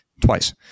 Twice